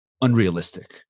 unrealistic